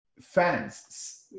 Fans